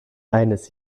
eines